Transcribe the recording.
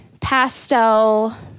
pastel